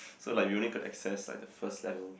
so like we only could access like the first level